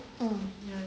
um